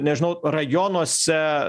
nežinau rajonuose